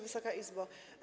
Wysoka Izbo!